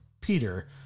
Peter